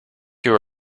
you